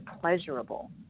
pleasurable